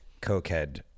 cokehead